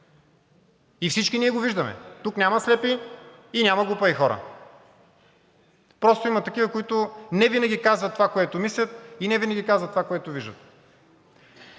и всички ние го виждаме. Тук няма слепи и няма глупави хора, а просто има такива, които не винаги казват това, което мислят, и не винаги казват това, което виждат.